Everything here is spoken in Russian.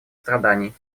страданий